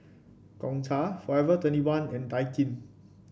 Gongcha Forever Twenty one and Daikin